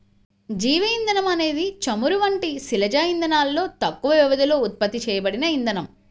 జీవ ఇంధనం అనేది చమురు వంటి శిలాజ ఇంధనాలలో తక్కువ వ్యవధిలో ఉత్పత్తి చేయబడిన ఇంధనం